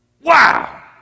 wow